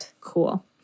cool